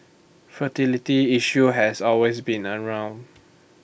fertility issues has always been around